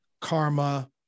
Karma